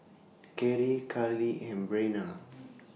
Cary Karlee and Breanna